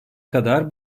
kadar